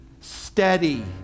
steady